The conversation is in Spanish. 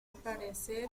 parecer